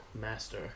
master